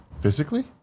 Physically